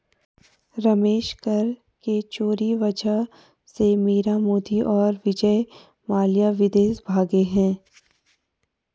रमेश कर के चोरी वजह से मीरा मोदी और विजय माल्या विदेश भागें हैं